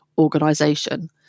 organization